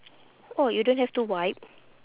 orh you don't have to wipe